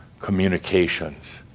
communications